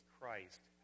Christ